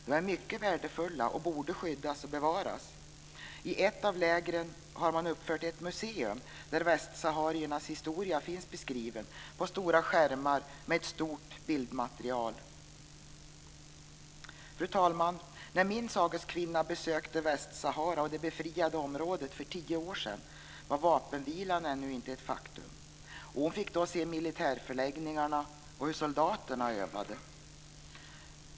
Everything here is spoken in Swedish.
De är mycket värdefulla och borde skyddas och bevaras. I ett av lägren har man uppfört ett museum där västsahariernas historia finns beskriven på stora skärmar med ett stort bildmaterial. Fru talman! När min sageskvinna besökte Västsahara och det befriade området för tio år sedan var vapenvilan ännu inte ett faktum, och hon fick då se militärförläggningarna och hur soldaterna övade.